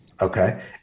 Okay